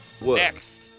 Next